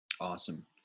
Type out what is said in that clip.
Awesome